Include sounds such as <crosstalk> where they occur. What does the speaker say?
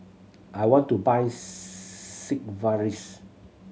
I want to buy <unintelligible> Sigvaris